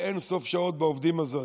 אין-סוף שעות בעובדים הזרים.